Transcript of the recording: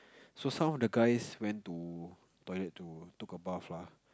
so some of the guys went to toilet to took a bath lah